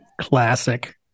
Classic